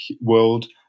world